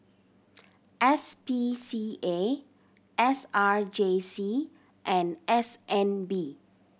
S P C A S R J C and S N B